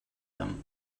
him